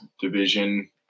division